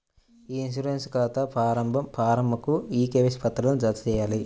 ఇ insurance ఖాతా ప్రారంభ ఫారమ్కు కేవైసీ పత్రాలను జతచేయాలి